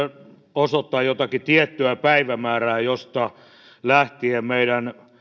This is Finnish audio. osoittaa jotakin tiettyä päivämäärää josta lähtien meidän